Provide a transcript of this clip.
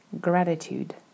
gratitude